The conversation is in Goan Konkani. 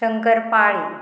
शंकरपाळी